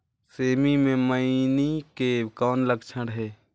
सेमी मे मईनी के कौन लक्षण हे?